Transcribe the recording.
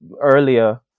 earlier